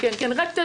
שביקש